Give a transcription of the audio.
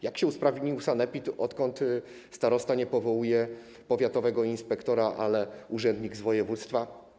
Jak się usprawnił sanepid, odkąd starosta nie powołuje powiatowego inspektora, ale urzędnik z województwa?